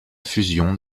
fusion